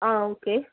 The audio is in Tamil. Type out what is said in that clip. ஆ ஓகே